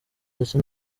ndetse